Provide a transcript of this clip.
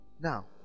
now